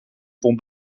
pont